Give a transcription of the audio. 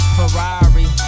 Ferrari